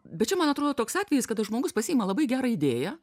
bet čia man atrodo toks atvejis kada žmogus pasiima labai gerą idėją